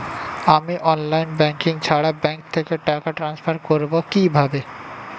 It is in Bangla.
আমি অনলাইন ব্যাংকিং ছাড়া ব্যাংক থেকে টাকা ট্রান্সফার করবো কিভাবে?